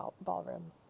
ballroom